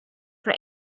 for